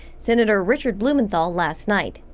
senator richard blumenthal last night.